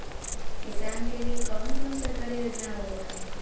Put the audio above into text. किसान के लिए कवन कवन सरकारी योजना आवेला?